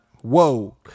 Whoa